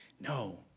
No